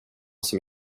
som